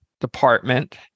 department